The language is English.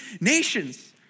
nations